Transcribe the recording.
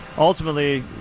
Ultimately